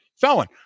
felon